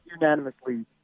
unanimously